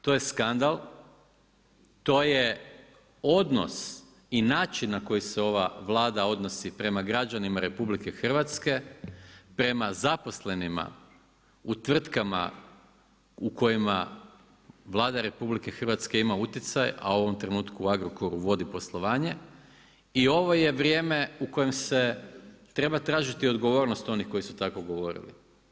To je skandal, to je odnos i način na koji se ova Vlada odnosi prema građanima RH, prema zaposlenima u tvrtkama u kojima Vlada RH ima utjecaj, a u ovom trenutku u Agrokoru vodi poslovanje i ovo je vrijeme u kojem se treba tražiti odgovornost onih koji su tako govorili.